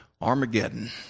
Armageddon